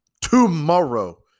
tomorrow